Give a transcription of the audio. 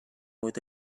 with